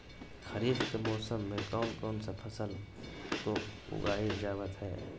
खरीफ के मौसम में कौन कौन सा फसल को उगाई जावत हैं?